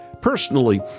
Personally